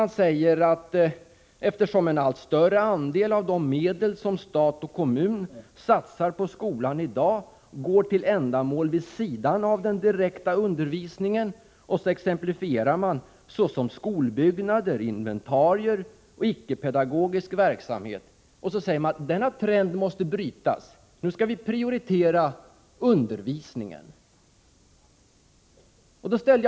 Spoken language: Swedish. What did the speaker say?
Ni säger att en allt större andel av de medel som stat och kommuner satsar på skolan i dag går till ändamål vid sidan av den direkta undervisningen, och så nämner ni som exempel skolbyggnader, inventarier och icke-pedagogisk verksamhet. Därefter heter det: ”Denna trend måste brytas.” Nu skall vi prioritera undervisningen, menar moderaterna.